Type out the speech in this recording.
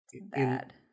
bad